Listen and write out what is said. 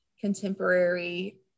contemporary